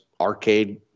arcade